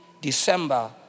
December